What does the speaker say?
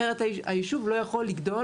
אחרת הישוב לא יכול לגדול